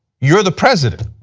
you're the president,